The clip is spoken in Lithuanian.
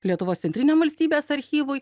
lietuvos centriniam valstybės archyvui